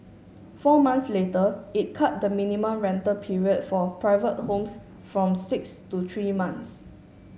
four months later it cut the minimum rental period for private homes from six to three months